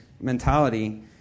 mentality